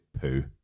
poo